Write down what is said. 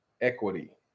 equity